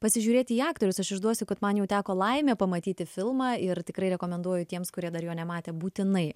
pasižiūrėti į aktorius aš išduosiu kad man jau teko laimė pamatyti filmą ir tikrai rekomenduoju tiems kurie dar jo nematė būtinai